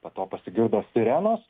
po to pasigirdo sirenos